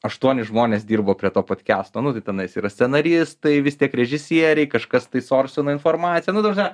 aštuoni žmonės dirbo prie to podkesto nu tai tenais yra scenaristai vis tiek režisieriai kažkas tai sorsina informaciją nu ta prasme